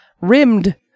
Rimmed